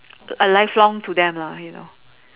A lifelong to them lah you know